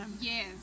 Yes